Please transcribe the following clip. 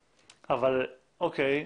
אוקיי,